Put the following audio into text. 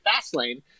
Fastlane